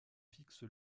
fixe